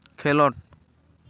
ᱠᱷᱮᱞᱳᱰ